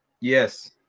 yes